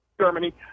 Germany